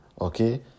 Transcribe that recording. Okay